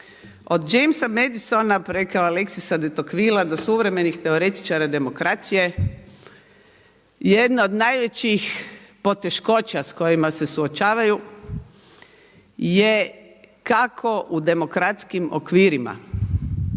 Od James Madisona preko Alexis de Tocqueville do suvremenih teoretičara demokracije jedna od najvećih poteškoća s kojima se suočavaju je kako u demokratskim okvirima